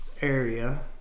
area